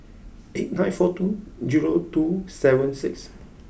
eight nine four two zero two seven six